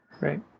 Right